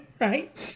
right